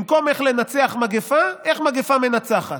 במקום איך לנצח מגפה, איך מגפה מנצחת.